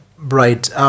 Right